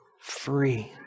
free